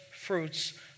fruits